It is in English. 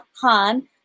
Han